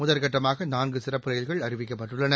முதற்கட்டமாக நான்கு சிறப்பு ரயில்கள் அறிவிக்கப்பட்டுள்ளன